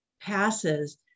passes